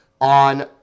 on